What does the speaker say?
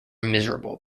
miserable